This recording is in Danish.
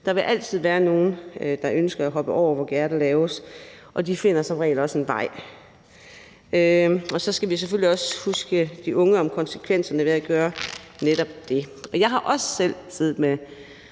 Der vil altid være nogle, der ønsker at hoppe over, hvor gærdet er lavest, og de finder som regel også en vej. Så skal vi selvfølgelig også huske de unge på konsekvenserne ved at gøre netop det. Jeg har også selv siddet